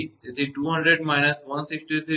તેથી 200 − 163